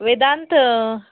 Vedanta